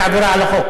זה עבירה על החוק